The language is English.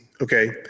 Okay